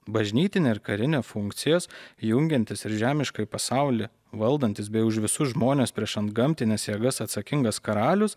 bažnytinę ir karinę funkcijas jungiantys ir žemiškąjį pasaulį valdantys bei už visus žmones prieš antgamtines jėgas atsakingas karalius